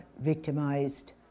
victimized